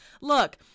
Look